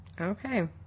Okay